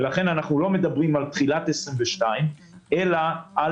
לכן אנחנו לא מדברים על תחילת שנת 2022 אלא על